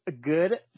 good